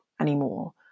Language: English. anymore